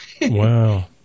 Wow